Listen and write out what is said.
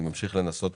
אני ממשיך לנסות